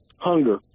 hunger